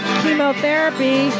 chemotherapy